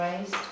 raised